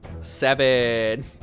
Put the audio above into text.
Seven